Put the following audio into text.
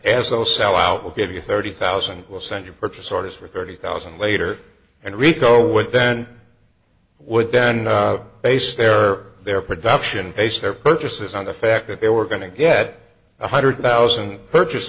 a sell out we'll give you thirty thousand will send your purchase orders for thirty thousand later and rico would then would then base their their production base their purchases on the fact that they were going to get one hundred thousand purchase